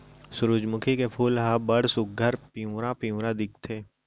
सुरूजमुखी के फूल ह बड़ सुग्घर पिंवरा पिंवरा दिखथे